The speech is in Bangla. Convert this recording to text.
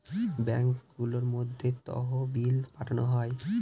ব্যাঙ্কগুলোর মধ্যে তহবিল পাঠানো হয়